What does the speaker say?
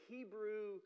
Hebrew